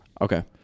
Okay